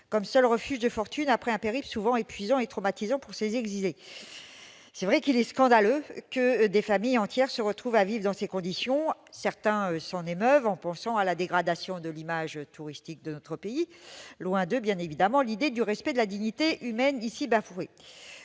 comme seuls refuges de fortune après un voyage souvent épuisant et traumatisant pour les exilés. Il est scandaleux que des familles entières se retrouvent à vivre dans ces conditions. Certains s'en émeuvent en pensant à la dégradation de l'image touristique de notre pays, loin d'eux bien sûr l'idée du respect de la dignité humaine, qui est ici bafouée.